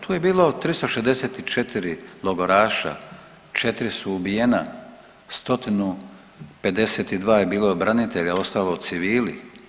Tu je bilo 364 logoraša, 4 su ubijena, 152 je bilo branitelja, ostalo civili.